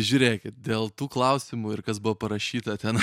žiūrėkit dėl tų klausimų ir kas buvo parašyta ten